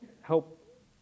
help